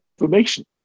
information